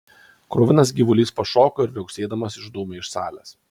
kruvinas gyvulys pašoko ir viauksėdamas išdūmė iš salės